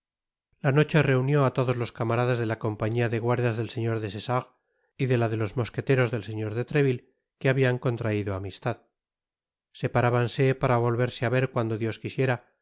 la noche reunió á todos los camaradas de la compañia de guardias del señor des essarts y de la de los mosqueteros del señor de treville que habian contraido amistad separábanse para volverse á ver cuando dios quisiera